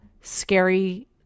scary